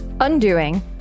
Undoing